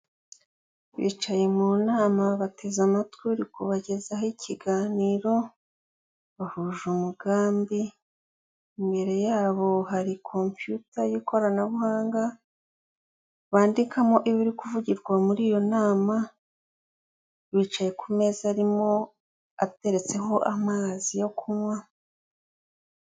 Bicaye mu nama bateze amatwi uri kubagezaho ikiganiro bahuje umugambi, imbere yabo hari kompiyuta y'ikoranabuhanga bandikamo ibiri kuvugirwa muri iyo nama bicaye ku meza arimo ateretseho amazi yo kunywa.